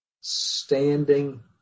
standing